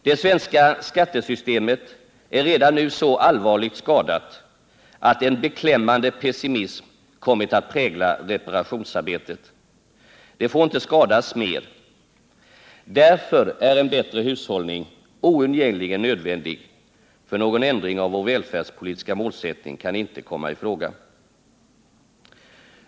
Det svenska skattesystemet är redan nu så allvarligt skadat att en beklämmande pessimism kommit att prägla reparationsarbetet. Det får inte skadas mer. Därför är en bättre hushållning oundgängligen nödvändig. För någon ändring av vår välfärdspolitiska målsättning kan inte komma i fråga!